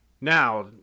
Now